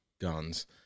guns